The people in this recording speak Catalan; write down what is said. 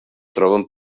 troben